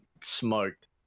smoked